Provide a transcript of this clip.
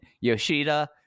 Yoshida